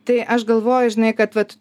tai aš galvoju žinai kad vat